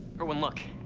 irwin, look.